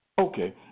Okay